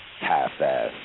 half-ass